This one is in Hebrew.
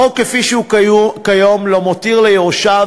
החוק כפי שהוא כיום לא מותיר ליורשיו